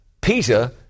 Peter